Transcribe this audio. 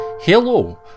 Hello